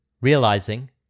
realizing